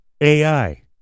AI